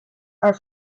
are